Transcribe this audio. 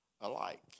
alike